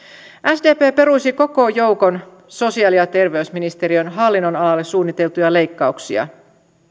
sdp peruisi koko joukon sosiaali ja terveysministeriön hallinnonalalle suunniteltuja leikkauksia